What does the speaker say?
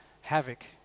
havoc